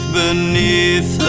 beneath